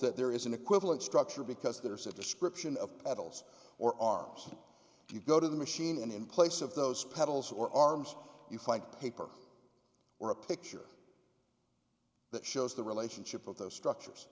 that there is an equivalent structure because there's a description of paddles or are you go to the machine and in place of those pedals or arms you find paper or a picture that shows the relationship of those structures